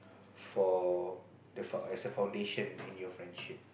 for the as a foundation in your friendship